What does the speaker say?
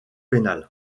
pénales